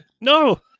no